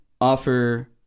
offer